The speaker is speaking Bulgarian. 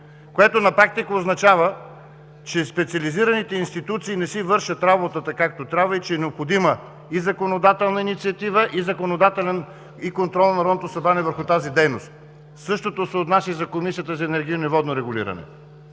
което на практика означава, че специализираните институции не си вършат работата както трябва и че е необходима и законодателна инициатива, и контрол на Народното събрание върху тази дейност. Същото се отнася и за Комисията за енергийно и водно регулиране.